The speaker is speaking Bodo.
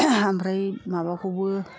ओमफ्राय माबाखौबो